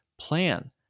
plan